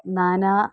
നാനാ